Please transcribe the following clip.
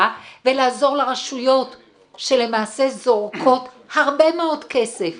ולעזור לרשויות שלמעשה זורקות הרבה מאוד כסף